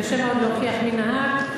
וקשה מאוד להוכיח מי נהג,